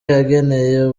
yageneye